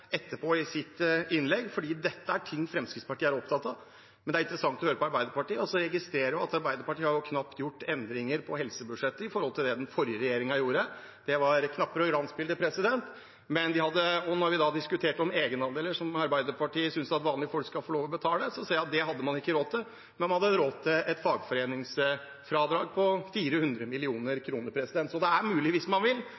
etterpå i sitt innlegg, for dette er noe Fremskrittspartiet er opptatt av. Men det er interessant å høre på Arbeiderpartiet. Jeg registrerer at Arbeiderpartiet knapt har gjort endringer på helsebudsjettet i forhold til det den forrige regjeringen la fram. Det var knapper og glansbilder, men da vi diskuterte egenandeler, som Arbeiderpartiet synes at vanlige folk skal få lov til å betale, ser jeg at det hadde man ikke råd til, men man hadde råd til et fagforeningsfradrag på 400 mill. kr. Så det er mulig hvis man vil,